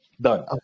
Done